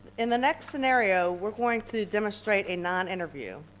in the next scenario we're going to demonstrate a non-interview.